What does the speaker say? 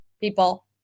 People